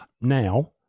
now